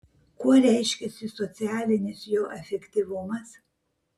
kuo reiškiasi socialinis jo efektyvumas